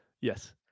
Yes